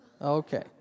okay